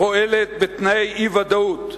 פועלת בתנאי אי-ודאות.